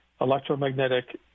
electromagnetic